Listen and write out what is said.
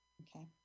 okay